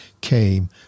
came